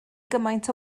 gymaint